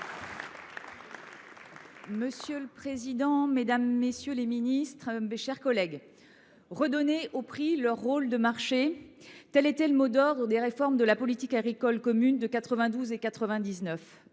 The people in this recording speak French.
Monsieur le président, mesdames, messieurs les ministres, mes chers collègues, redonner aux prix leur rôle de signaux de marché, tel était le mot d’ordre des réformes de la politique agricole commune de 1992 et 1999.